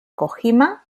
kojima